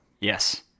Yes